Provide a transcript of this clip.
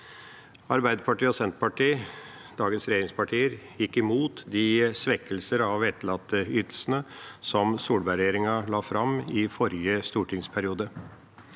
Senterpartiet, dagens regjeringspartier, gikk imot de svekkelser av etterlatteytelsene som Solberg-regjeringa la fram i forrige stortingsperiode.